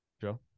Joe